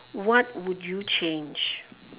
what would you change